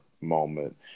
moment